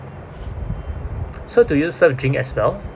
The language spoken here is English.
so do you serve drink as well